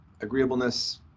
agreeableness